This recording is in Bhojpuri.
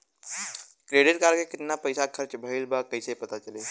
क्रेडिट कार्ड के कितना पइसा खर्चा भईल बा कैसे पता चली?